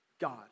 God